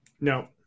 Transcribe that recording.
No